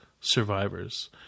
survivors